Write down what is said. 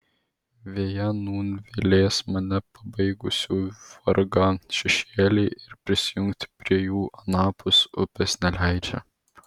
veja nūn vėlės mane pabaigusių vargą šešėliai ir prisijungti prie jų anapus upės neleidžia